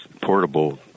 portable